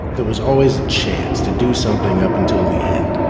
there was always a chance to do something up until the end